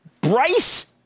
Bryce